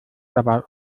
dabei